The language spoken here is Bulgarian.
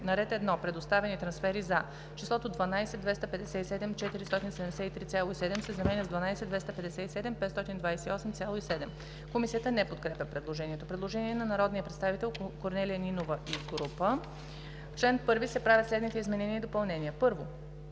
на ред 1. Предоставени трансфери за: числото „12 257 473,7“ се заменя с „12 257 528,7“.“ Комисията не подкрепя предложението. Предложение на народния представител Корнелия Нинова и група: „В чл. 1 се правят следните изменения и допълнения: 1.